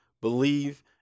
Believe